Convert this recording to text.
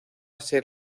ser